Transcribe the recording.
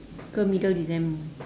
ke middle decem~